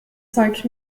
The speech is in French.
cinq